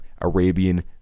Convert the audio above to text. Arabian